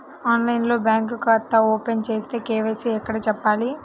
ఆన్లైన్లో బ్యాంకు ఖాతా ఓపెన్ చేస్తే, కే.వై.సి ఎక్కడ చెప్పాలి?